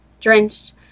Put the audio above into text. Drenched